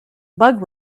bug